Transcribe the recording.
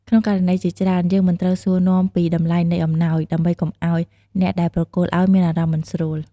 ក្នុងករណីជាច្រើន យើងមិនត្រូវសួរនាំពីតម្លៃនៃអំណោយ ដើម្បីកុំឱ្យអ្នកដែលប្រគល់អោយមានអារម្មណ៍មិនស្រួល។